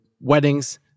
weddings